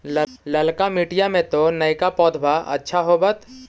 ललका मिटीया मे तो नयका पौधबा अच्छा होबत?